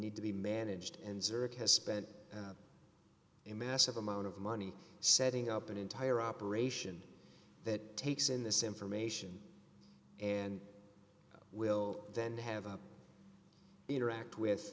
need to be managed in zurich has spent a massive amount of money setting up an entire operation that takes in this information and will then have a interact with